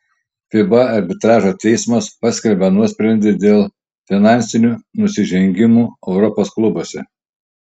fiba arbitražo teismas paskelbė nuosprendį dėl finansinių nusižengimų europos klubuose